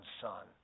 son